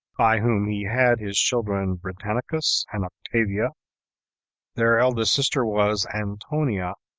by whom he had his children britannicus and octavia their eldest sister was antonia,